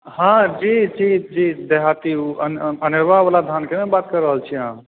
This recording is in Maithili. हॅं जी जी देहाती अनेरुआ बला धान के बात ने कहि रहल छियै अहाँ